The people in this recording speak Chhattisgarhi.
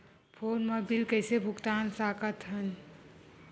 फोन मा बिल कइसे भुक्तान साकत हन?